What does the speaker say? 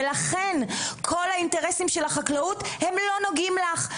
לכן כל האינטרסים של החקלאות לא נוגעים לך,